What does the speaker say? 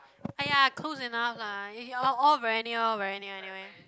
!aiya! close enough lah y~ you're all very near all very near anyway